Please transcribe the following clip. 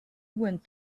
went